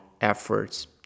efforts